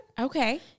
Okay